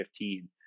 2015